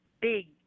big